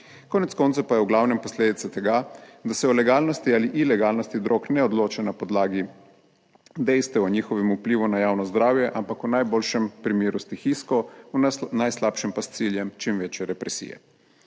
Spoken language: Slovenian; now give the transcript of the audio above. konec koncev pa je v glavnem posledica tega, da se o legalnosti ali ilegalnosti drog ne odloča na podlagi dejstev o njihovem vplivu na javno zdravje, ampak v najboljšem primeru stihijsko, v najslabšem pa s ciljem čim večje represije.